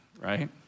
right